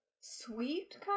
sweet